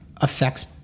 affects